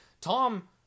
Tom